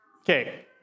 Okay